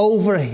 Over